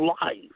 life